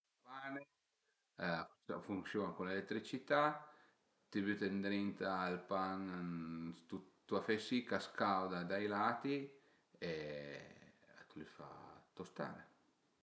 A funsiun-a cun l'eletricità, t'i büte ëndrinta ël pan ën stu afè isi ch'a scauda dai lati e a t'lu fa tostare